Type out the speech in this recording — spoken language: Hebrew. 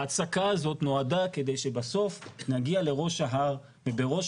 ההצקה הזאת נועדה כדי שבסוף נגיע לראש ההר ובראש